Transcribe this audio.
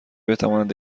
بتواند